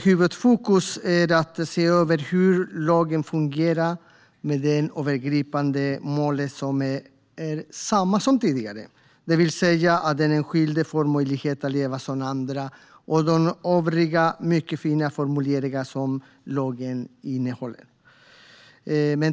Huvudfokus är att se över hur lagen fungerar med det övergripande målet, som är detsamma som tidigare: att den enskilde får möjlighet att leva som andra och de övriga mycket fina formuleringar lagen innehåller.